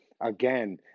again